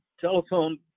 telephone